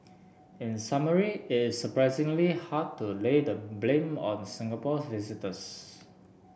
in summary it is surprisingly hard to lay the blame on Singapore visitors